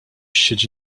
siedzi